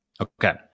Okay